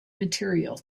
material